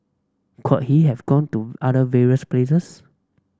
could he have gone to other various places